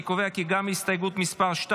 אני קובע כי גם הסתייגות 2,